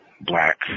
black